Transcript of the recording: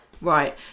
Right